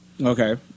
Okay